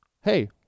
hey